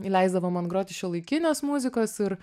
ji leisdavo man groti šiuolaikinės muzikos ir